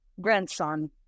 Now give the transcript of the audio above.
grandson